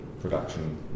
production